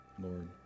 Lord